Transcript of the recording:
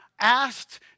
asked